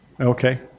Okay